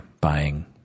buying